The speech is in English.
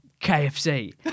KFC